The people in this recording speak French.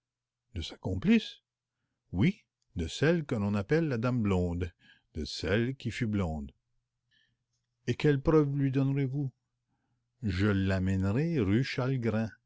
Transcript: de sa complice oui de celle que l'on appelle la dame blonde de celle qui fut blonde et quelles preuves lui donnerez-vous je l'emmènerai rue